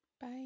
Bye